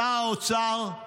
שר האוצר, הממשלה,